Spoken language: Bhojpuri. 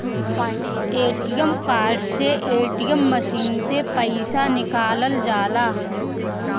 ए.टी.एम कार्ड से ए.टी.एम मशीन से पईसा निकालल जाला